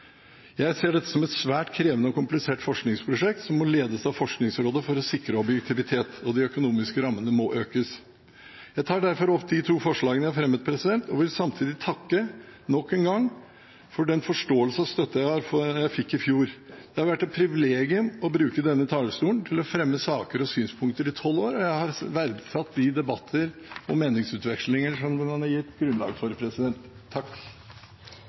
Jeg ser dette som et svært krevende og komplisert forskningsprosjekt, som må ledes av Forskningsrådet for å sikre objektivitet, og de økonomiske rammene må økes. Jeg tar opp de to forslagene jeg har fremmet, og vil samtidig takke nok en gang for den forståelse og støtte jeg fikk i fjor. Det har vært et privilegium å bruke denne talerstolen til å fremme saker og synspunkter i tolv år, og jeg har verdsatt de debatter og meningsutvekslinger som man har gitt grunnlag for.